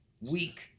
weak